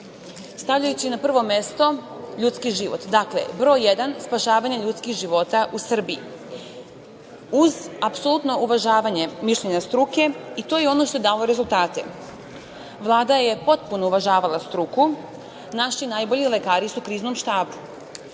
stavljajući na prvo mesto ljudski život. Dakle, pod broj jedan - spasavanje ljudskih života u Srbiji, uz apsolutno uvažavanje mišljenja struke. To je ono što je dalo rezultate. Vlada je potpuno uvažavala struku. Naši najbolji lekari su u kriznom štabu.